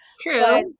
True